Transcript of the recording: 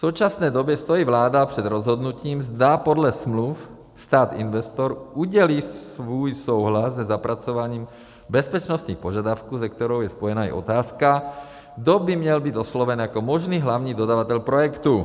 V současné době stojí vláda před rozhodnutím, zda podle smluv stát investor udělí svůj souhlas se zapracováním bezpečnostních požadavků, se kterým je spojena i otázka, kdo by měl být osloven jako možný hlavní dodavatel projektu.